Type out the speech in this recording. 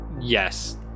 yes